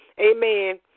amen